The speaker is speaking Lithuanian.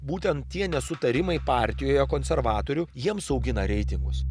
būtent tie nesutarimai partijoje konservatorių jiems augina reitingus